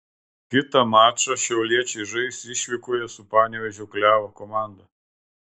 kitą mačą šiauliečiai žais išvykoje su panevėžio klevo komanda